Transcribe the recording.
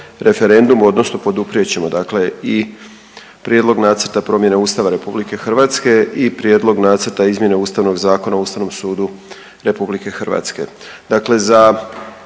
referendumu odnosno poduprijet ćemo dakle i Prijedlog Nacrta promjene Ustava RH i Prijedlog Nacrta izmjene Ustavnog zakona o ustavnom sudu RH. Dakle